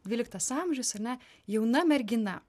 dvyliktas amžius ar ne jauna mergina